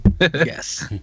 yes